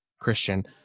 Christian